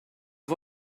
hyn